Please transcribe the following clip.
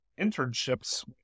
internships